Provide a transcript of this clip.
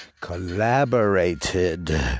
collaborated